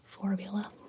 formula